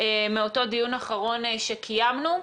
מאותו דיון אחרון שקיימנו.